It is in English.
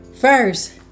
First